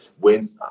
win